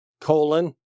colon